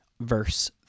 verse